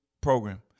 program